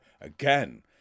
again